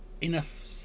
enough